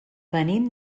venim